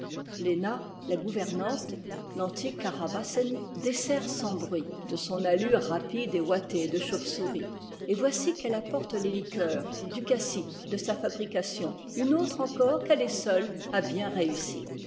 léna la gouvernante l'antique carabassenn dessert sans bruit de son allure rapide et ouatée de chauve-souris et voici qu'elle apporte les liqueurs du cassis de sa fabrication une autre encore qu'elle est seule à bien réussir